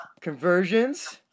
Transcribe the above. conversions